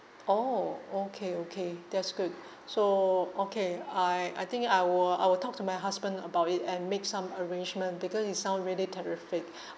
oh okay okay that's good so okay I I think I will I will talk to my husband about it and make some arrangement because it sound really terrific